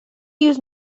use